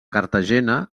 cartagena